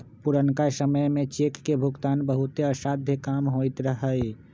पुरनका समय में चेक के भुगतान बहुते असाध्य काम होइत रहै